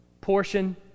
portion